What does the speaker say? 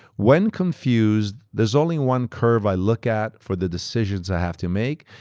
when confused, there's only one curve i look at for the decisions i have to make,